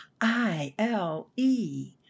I-L-E